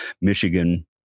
Michigan